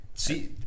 See